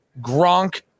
Gronk